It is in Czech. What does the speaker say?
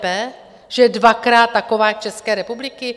Že je dvakrát taková jak České republiky?